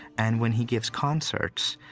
and when he gives concerts,